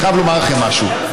אני חייב לומר לכם משהו: